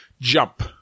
jump